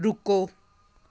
ਰੁਕੋ